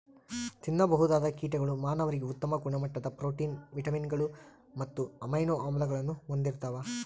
ತಿನ್ನಬಹುದಾದ ಕೀಟಗಳು ಮಾನವರಿಗೆ ಉತ್ತಮ ಗುಣಮಟ್ಟದ ಪ್ರೋಟೀನ್, ವಿಟಮಿನ್ಗಳು ಮತ್ತು ಅಮೈನೋ ಆಮ್ಲಗಳನ್ನು ಹೊಂದಿರ್ತವ